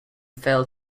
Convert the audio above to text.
failed